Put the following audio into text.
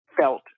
felt